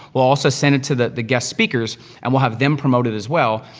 we'll also send it to the guest speakers, and we'll have them promote it, as well.